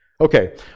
Okay